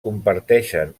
comparteixen